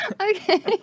Okay